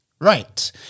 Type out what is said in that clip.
Right